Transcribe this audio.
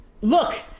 Look